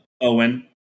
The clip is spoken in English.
Owen